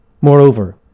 Moreover